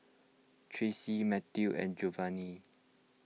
Tracey Matthew and Jovanny